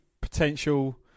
potential